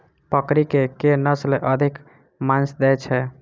बकरी केँ के नस्ल अधिक मांस दैय छैय?